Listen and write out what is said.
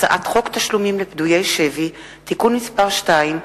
הצעת חוק תשלומים לפדויי שבי (תיקון מס' 2),